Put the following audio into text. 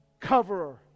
Coverer